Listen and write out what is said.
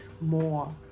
more